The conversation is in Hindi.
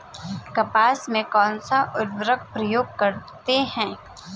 कपास में कौनसा उर्वरक प्रयोग करते हैं?